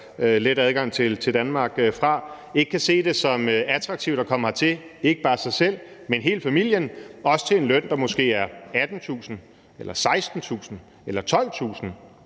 let adgang til Danmark fra, ikke kan se det som attraktivt at komme hertil, ikke bare selv, men også hele familien, og til en løn, der måske er 18.000 kr. eller 16.000 kr. eller 12.000